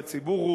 והציבור,